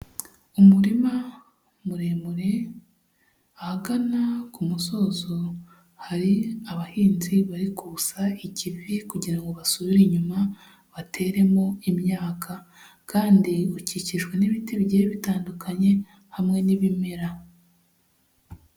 Umurima muremure ahagana ku musozo hari abahinzi bari kusa ikivi kugira ngo basubire inyuma bateremo imyaka kandi ukikijwe n'ibiti bigiye bitandukanye hamwe n'ibimera.